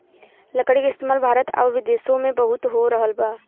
लकड़ी क इस्तेमाल भारत आउर विदेसो में बहुत हो रहल हौ